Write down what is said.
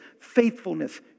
faithfulness